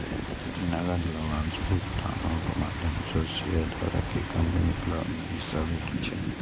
नकद लाभांश भुगतानक माध्यम सं शेयरधारक कें कंपनीक लाभ मे हिस्सा भेटै छै